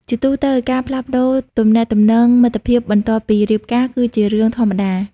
ជាទូទៅ ការផ្លាស់ប្តូរទំនាក់ទំនងមិត្តភាពបន្ទាប់ពីរៀបការ គឺជារឿងធម្មតា។